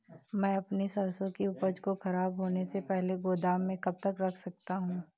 मैं अपनी सरसों की उपज को खराब होने से पहले गोदाम में कब तक रख सकता हूँ?